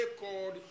called